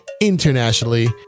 internationally